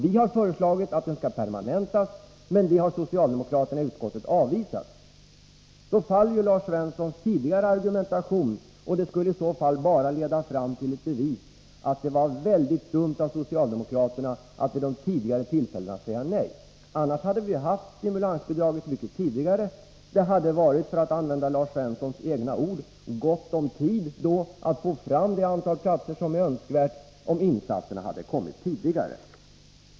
Vi har föreslagit att verksamheten skall permanentas, men det förslaget har socialdemokraterna i utskottet avvisat. Då faller Lars Svenssons tidigare argumentation. Det skulle i så fall bara leda fram till ett bevis på att det var väldigt dumt av socialdemokraterna att vid de tidigare tillfällena säga nej. Annars hade vi haft ett stimulansbidrag mycket tidigare. Det hade, för att använda Lars Svenssons egna ord, varit gott om tid att få i gång det antal platser som är önskvärt, om insatserna hade gjorts tidigare.